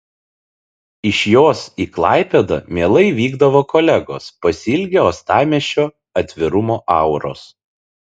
iš jos į klaipėdą mielai vykdavo kolegos pasiilgę uostamiesčio atvirumo auros